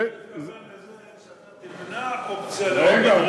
הוא יותר התכוון לזה שאתה תמנע אופציה, רגע.